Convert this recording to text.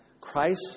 Christ